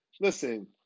Listen